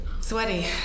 Sweaty